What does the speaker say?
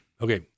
Okay